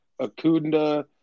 Akunda